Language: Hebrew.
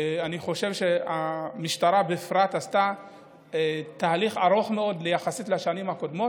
אני חושב שהמשטרה בפרט עשתה תהליך ארוך מאוד יחסית לשנים הקודמות,